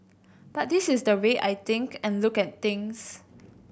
but this is the way I think and look at things